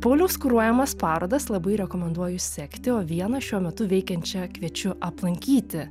pauliaus kuruojamas parodas labai rekomenduoju sekti o vieną šiuo metu veikiančią kviečiu aplankyti